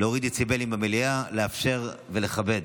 להוריד דציבלים במליאה, לאפשר ולכבד.